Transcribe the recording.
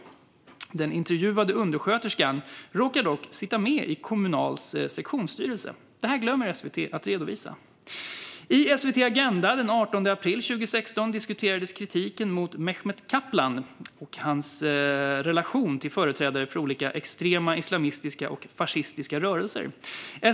Den intervjuade undersköterskan råkar dock sitta med i Kommunals sektionsstyrelse. Detta glömmer SVT att redovisa. I Agenda i SVT den 18 april 2016 diskuterades kritiken mot Mehmet Kaplan och hans relation till företrädare för olika extrema islamistiska och fascistiska rörelser.